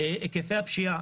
היקפי הפשיעה.